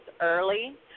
early